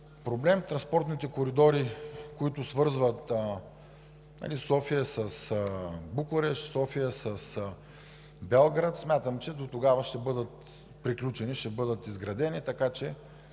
проблем. Транспортните коридори, които свързват София с Букурещ, София с Белград, смятам, че дотогава ще бъдат приключени, ще бъдат изградени. Имаме